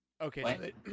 Okay